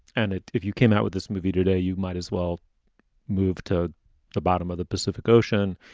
and it if you came out with this movie today, you might as well move to the bottom of the pacific ocean.